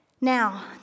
Now